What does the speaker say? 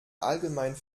allgemein